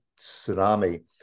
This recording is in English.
tsunami